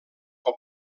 com